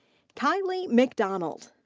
kyleigh mcdonald.